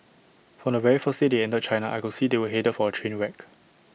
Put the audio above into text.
from the very first day they entered China I could see they were headed for A train wreck